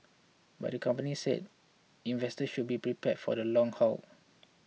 but the company said investors should be prepared for the long haul